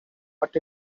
but